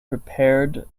prepared